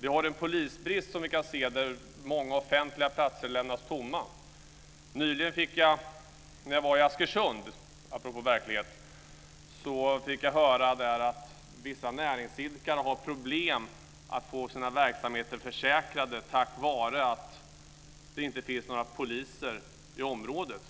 Vi har också en polisbrist. Vi kan se att många offentliga platser lämnas utan polisbevakning. Låt mig ta ett exempel från verkligheten. Jag var nyligen i Askersund och fick då höra att vissa näringsidkare har problem med att få sina verksamheter försäkrade därför att det inte finns några poliser i området.